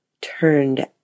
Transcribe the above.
turned